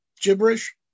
gibberish